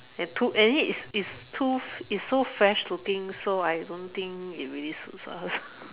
ya too and it's it's too it's so fresh looking so I don't think it really suits us